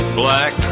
black